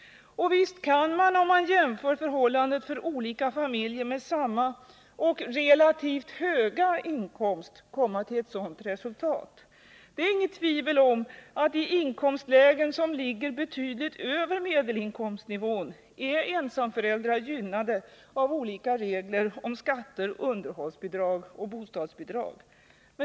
Och visst kan man, om man jämför förhållandet för olika familjer med samma och relativt höga inkomst, komma till ett sådant resultat. Det är inget tvivel om att i inkomstlägen som ligger över medelinkomstnivån är ensamföräldrar gynnade av olika regler om skatter, underhållsbidrag och bostadsbidrag.